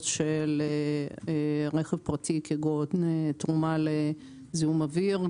של רכב פרטי כגורם תרומה לזיהום אוויר,